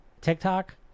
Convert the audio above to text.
TikTok